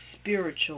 spiritual